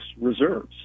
reserves